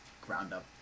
ground-up